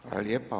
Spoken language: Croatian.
Hvala lijepa.